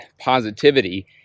positivity